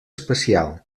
especial